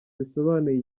bisobanuye